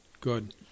good